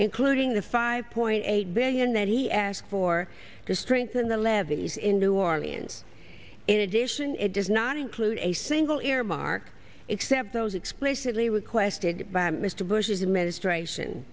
including the five point eight billion that he asked for to strengthen the levees in new orleans in addition it does not include a single earmark except those explicitly requested by mr bush's administration